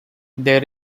there